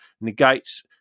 negates